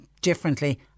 differently